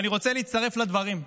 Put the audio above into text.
אני רוצה להצטרף לדברים.